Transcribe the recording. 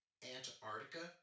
Antarctica